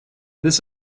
this